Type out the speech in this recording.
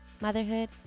motherhood